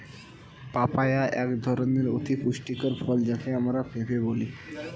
papaya এক ধরনের অতি পুষ্টিকর ফল যাকে আমরা পেঁপে বলি